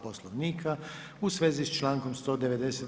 Poslovnika u svezi s člankom 190.